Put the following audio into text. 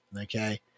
Okay